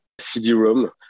CD-ROM